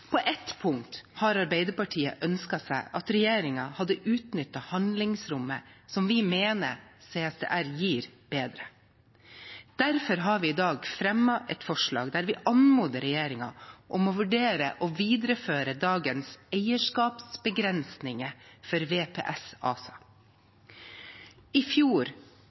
På ett punkt hadde Arbeiderpartiet ønsket seg at regjeringen hadde utnyttet handlingsrommet som vi mener CSDR gir, bedre. Derfor har vi i dag fremmet et forslag der vi anmoder regjeringen om å vurdere å videreføre dagens eierskapsbegrensninger for VPS ASA. I juni i fjor